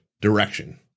direction